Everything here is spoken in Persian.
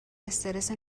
استرس